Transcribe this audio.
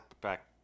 back